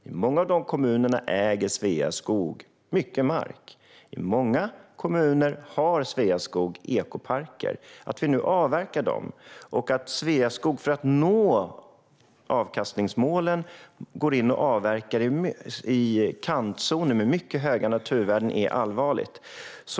I många av de kommunerna äger Sveaskog mycket mark. I många kommuner har Sveaskog ekoparker. Att vi nu avverkar dem, och att Sveaskog för att nå avkastningsmålen går in och avverkar i kantzoner med mycket höga naturvärden, är allvarligt.